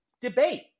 Debate